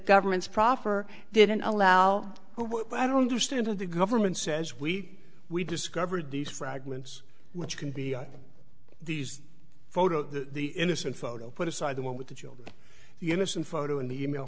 government's proffer didn't allow what i don't understand of the government says we we discovered these fragments which can be these photos of the innocent photo put aside the one with the children the innocent photo in the email